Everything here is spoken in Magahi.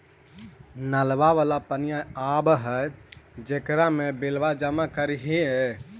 नलवा वाला पनिया आव है जेकरो मे बिलवा जमा करहिऐ?